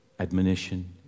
Admonition